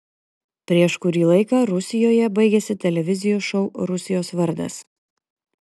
prieš kurį laiką rusijoje baigėsi televizijos šou rusijos vardas